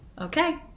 Okay